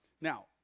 Now